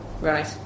Right